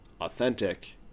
authentic